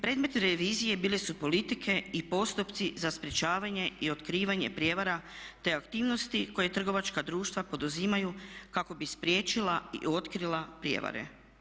Predmet revizije bile su politike i postupci za sprječavanje i otkrivanje prijevara te aktivnosti koje trgovačka društva poduzimaju kako bi spriječila i otkrila prijevare.